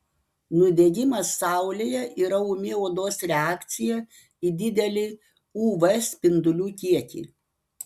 nudegimas saulėje yra ūmi odos reakcija į didelį uv spindulių kiekį